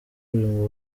uyu